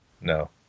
No